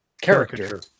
Character